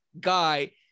guy